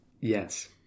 Yes